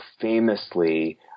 famously